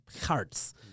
Hearts